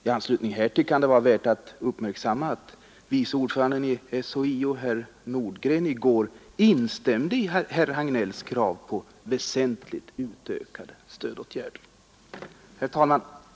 I anslutning härtill kan det vara värt att uppmärksamma att vice ordföranden i SHIO, herr Nordgren, i går instämde i herr Hagnells krav på väsentligt utökade stödåtgärder. Herr talman!